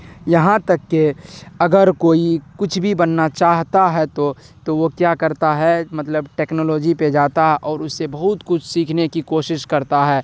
یہاں تک کہ اگر کوئی کچھ بھی بننا چاہتا ہے تو تو وہ کیا کرتا ہے مطلب ٹیکنالوجی پہ جاتا اور اس سے بہت کچھ سیکھنے کی کوشش کرتا ہے